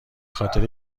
خاطر